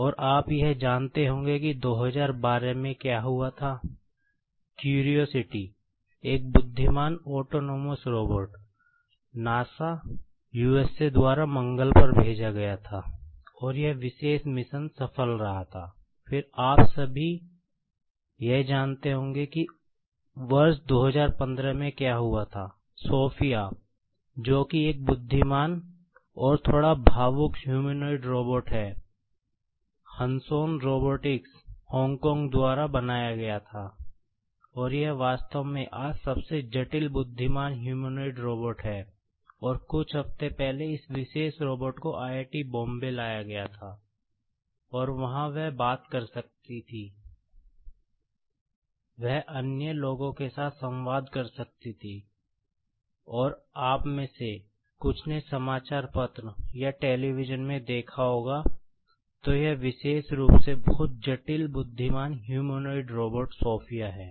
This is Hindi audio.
फिर आप सभी यह जानते होंगे कि वर्ष 2015 में क्या हुआ था सोफिया सोफिया है